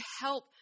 help